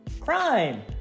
crime